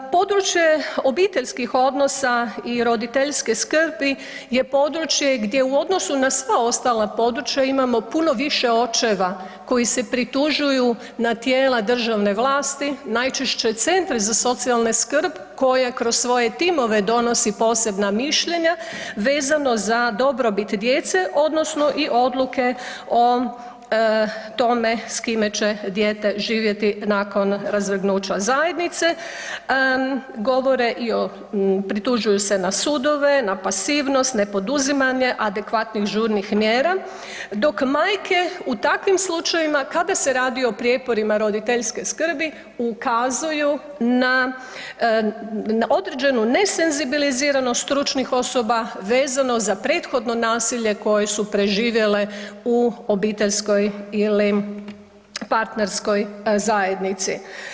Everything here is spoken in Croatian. Područje obiteljskih odnosa i roditeljske skrbi je područje gdje u odnosu na sva ostala područja imamo puno više očeva koji se pritužuju na tijela državne vlasti, najčešće centri za socijalnu skrb koja kroz svoje timove donosi posebna mišljenja vezano za dobrobit djece odnosno i odluke o tome s kime će dijete živjeti nakon razvrgnuća zajednice, govore i pritužuju se na sudove, na pasivnost, ne poduzimanje adekvatnih žurnih mjera dok majke u takvim slučajevima kada se radi o prijeporima roditeljske skrbi ukazuju na određenu nesenzibiliziranost stručnih osoba vezano za prethodno nasilje koje su preživjele u obiteljskoj ili partnerskoj zajednici.